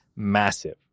Massive